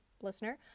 listener